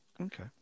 Okay